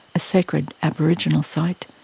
a sacred aboriginal site,